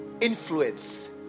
influence